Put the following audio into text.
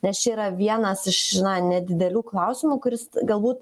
nes čia yra vienas iš nedidelių klausimų kuris galbūt